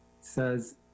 says